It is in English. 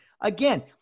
again